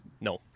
No